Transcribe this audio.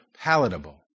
palatable